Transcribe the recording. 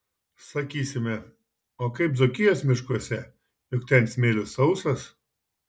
sakysime o kaip dzūkijos miškuose juk ten smėlis sausas